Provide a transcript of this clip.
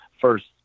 first